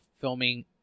filming